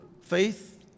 faith